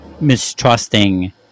mistrusting